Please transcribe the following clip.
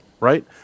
right